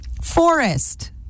Forest